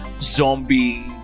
zombie